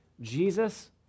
Jesus